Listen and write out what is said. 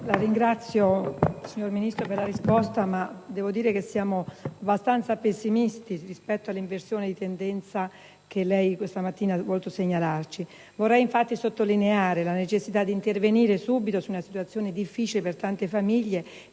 la ringrazio per la risposta, ma siamo abbastanza pessimisti rispetto all'inversione di tendenza che lei oggi ha voluto segnalarci. Vorrei infatti sottolineare la necessità di intervenire subito su una situazione difficile per tante famiglie;